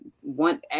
one